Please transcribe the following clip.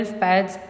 pads